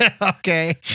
Okay